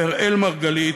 אראל מרגלית,